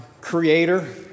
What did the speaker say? creator